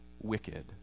wicked